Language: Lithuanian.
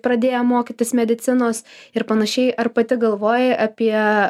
pradėję mokytis medicinos ir panašiai ar pati galvoji apie